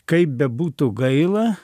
kaip bebūtų gaila